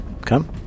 come